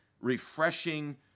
refreshing